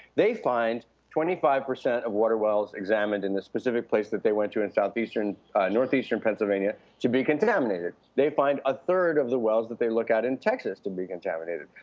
they find twenty five percent of water wells examined in the specific place that they went to in northeastern northeastern pennsylvania to be contaminated. they find a third of the wells that they look at in texas to be contaminated.